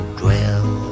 dwell